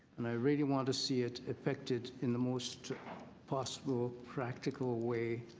um i really wanted to see it affected in the most possible practical way.